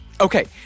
Okay